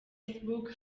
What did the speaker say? facebook